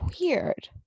weird